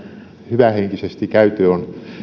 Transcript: hyvähenkisesti käyty on